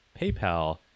PayPal